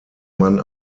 man